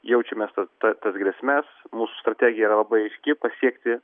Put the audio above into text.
jaučiame ta tas grėsmes mūsų strategija yra labai aiški pasiekti